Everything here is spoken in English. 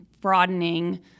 broadening